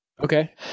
okay